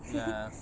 ya